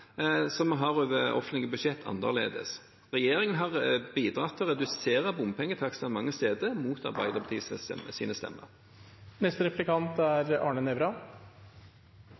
som vi har over offentlige budsjetter, annerledes? Regjeringen har bidratt til å redusere bompengetakstene mange steder, mot Arbeiderpartiets stemmer.